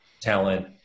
talent